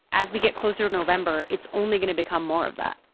as we get closer to november it's only gonna become more of that.